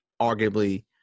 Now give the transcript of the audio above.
arguably